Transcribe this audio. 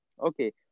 Okay